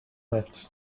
lift